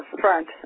front